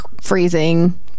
freezing